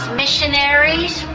missionaries